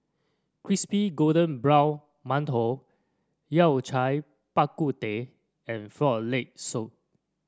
Crispy Golden Brown Mantou Yao Cai Bak Kut Teh and Frog Leg Soup